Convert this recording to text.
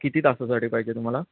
किती तासासाठी पाहिजे तुम्हाला